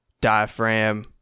diaphragm